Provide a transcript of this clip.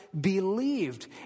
believed